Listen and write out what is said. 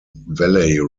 valley